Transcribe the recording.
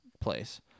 place